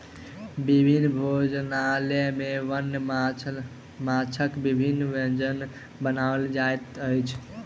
विभिन्न भोजनालय में वन्य माँछक विभिन्न व्यंजन बनाओल जाइत अछि